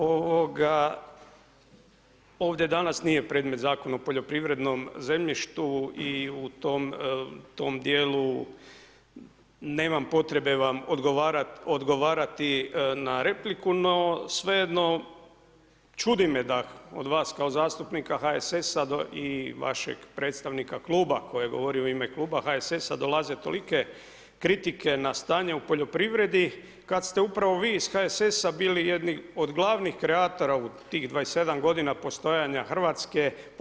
Ovdje danas nije predmet Zakon o poljoprivrednom zemljištu i u tom djelu nemam potrebe vam odgovarati na repliku no svejedno, čudi me da od vas kao zastupnika HSS-a i vašeg predstavnika kluba koji govori u ime kluba HSS-a, dolaze tolike kritike na stanju u poljoprivredi kad ste upravo vi iz HSS-a bili jedni od glavnih kreatora u tih 27 g. postojanja Hrvatske.